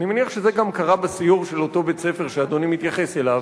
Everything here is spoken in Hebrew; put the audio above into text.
אני מניח שזה גם קרה בסיור של אותו בית-ספר שאדוני מתייחס אליו,